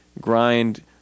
grind